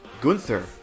Gunther